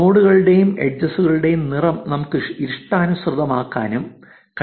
നോഡുകളുടെയും എഡ്ജ്കളുടെയും നിറം നമുക്ക് ഇഷ്ടാനുസൃതമാക്കാനും കഴിയും